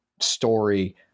story